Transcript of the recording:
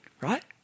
right